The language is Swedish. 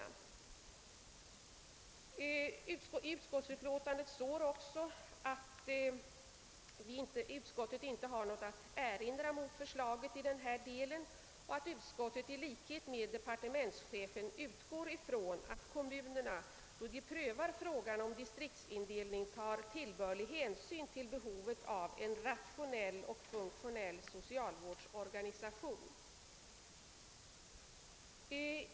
I utskottsutlåtandet står det också att utskottet inte har någonting att erinra mot förslaget i den här delen och att utskottet i likhet med departementschefen utgår från att kommunerna då de prövar frågan om distriktsindelning tar tillbörlig hänsyn till behovet av en rationell och funktionell socialvårdsorganisation.